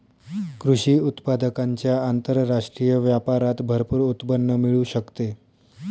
कृषी उत्पादकांच्या आंतरराष्ट्रीय व्यापारात भरपूर उत्पन्न मिळू शकते